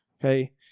Okay